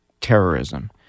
terrorism